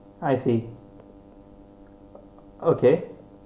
I see okay